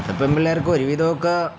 ചെപ്പം പിള്ളേർക്കും ഒരുവിതോക്ക